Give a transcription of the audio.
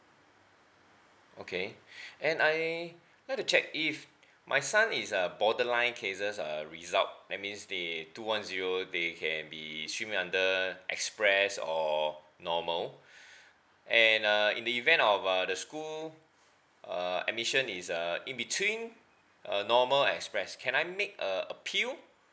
okay and I like to check if my son is uh borderline cases uh result that means the two one zero they can be stream under express or normal and uh in the event of uh the school uh admission is uh in between normal and express can I make a appeal